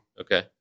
Okay